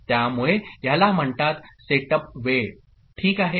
त्यामुळे हयाला म्हणतात सेटप वेळ ठीक आहे